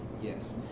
Yes